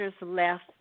left